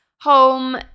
home